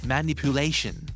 Manipulation